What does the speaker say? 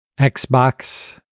Xbox